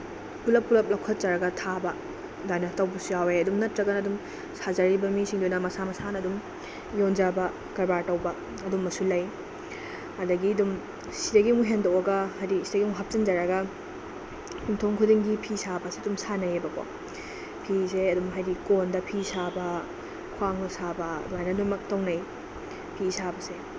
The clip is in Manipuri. ꯄꯨꯂꯞ ꯄꯨꯂꯞ ꯂꯧꯈꯠꯆꯔꯒ ꯊꯥꯕ ꯑꯗꯨꯃꯥꯏꯅ ꯇꯧꯕꯁꯨ ꯌꯥꯎꯋꯦ ꯑꯗꯨꯝ ꯅꯠꯇ꯭ꯔꯒꯅ ꯑꯗꯨꯝ ꯁꯥꯖꯔꯤꯕ ꯃꯤꯁꯤꯡꯗꯨꯅ ꯃꯁꯥ ꯃꯁꯥꯅ ꯑꯗꯨꯝ ꯌꯣꯟꯖꯕ ꯀꯔꯕꯥꯔ ꯇꯧꯕ ꯑꯗꯨꯝꯕꯁꯨ ꯂꯩ ꯑꯗꯒꯤ ꯑꯗꯨꯝ ꯁꯤꯗꯒꯤ ꯑꯃꯨꯛ ꯍꯦꯟꯗꯣꯛꯑꯒ ꯍꯥꯏꯗꯤ ꯁꯤꯗꯩ ꯑꯃꯨꯛ ꯍꯥꯞꯆꯤꯟꯖꯔꯒ ꯌꯨꯝꯊꯣꯡ ꯈꯨꯗꯤꯡꯒꯤ ꯐꯤ ꯁꯥꯕꯁꯤ ꯑꯗꯨꯝ ꯁꯥꯅꯩꯑꯕꯀꯣ ꯐꯤꯁꯦ ꯑꯗꯨꯝ ꯍꯥꯏꯗꯤ ꯀꯣꯟꯗ ꯐꯤ ꯁꯥꯕ ꯈ꯭ꯋꯥꯡꯗ ꯁꯥꯕ ꯑꯗꯨꯃꯥꯏꯅ ꯑꯗꯨꯃꯛ ꯇꯧꯅꯩ ꯐꯤ ꯁꯥꯕꯁꯦ